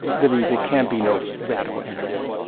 really, there can be no radical empathy.